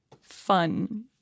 Fun